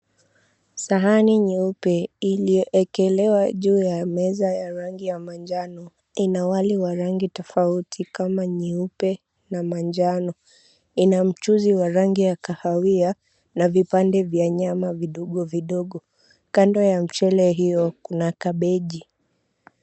Sahani nyeupe iliyoekelewa juu ya meza ya rangi ya manjano, ina wali wa rangi tofauti kama nyeupe na manjano. Ina mchuzi wa kahawia na vipande vya nyama vidogo vidogo. Kando ya mchele huo kuna kabeji.